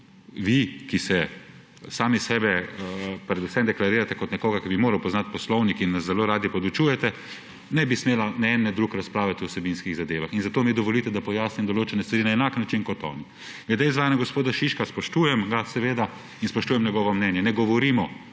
ki sami sebe deklarirate kot nekoga, ki bi moral poznati poslovnik, in nas zelo radi podučujete – ne eden ne drugi ne bi smela razpravljati o vsebinskih zadevah. Zato mi dovolite, da pojasnim določene stvari na enak način kot on. Glede izvajanja gospoda Šiška. Spoštujem ga, seveda, in spoštujem njegovo mnenje. Ne govorimo